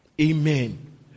Amen